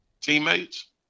teammates